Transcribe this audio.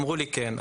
אמרו לי שכן.